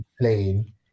Playing